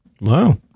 Wow